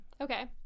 okay